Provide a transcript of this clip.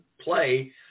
play